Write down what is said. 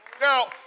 Now